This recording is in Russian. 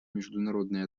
международные